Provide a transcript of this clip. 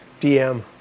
DM